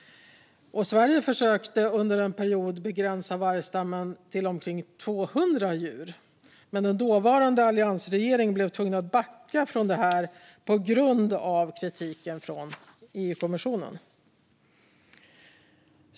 Sverige försökte under en period begränsa vargstammen till omkring 200 djur, men den dåvarande alliansregeringen blev tvungen att backa från detta på grund av kritiken från EU-kommissionen.